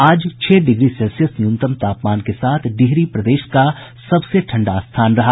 आज छह degree Celsius न्यूनतम तापमान के साथ डिहरी प्रदेश का सबसे ठंडा स्थान रहा